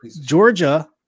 Georgia